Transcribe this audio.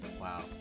Wow